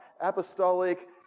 apostolic